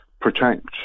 protect